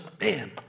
man